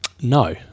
No